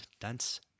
dance